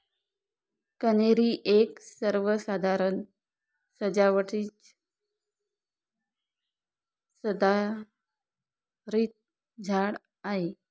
कन्हेरी एक सर्वसाधारण सजावटीचं सदाहरित झाड आहे